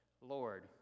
Lord